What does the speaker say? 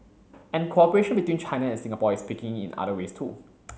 and cooperation between China and Singapore is picking in other ways too